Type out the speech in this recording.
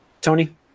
Tony